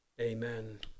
amen